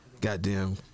goddamn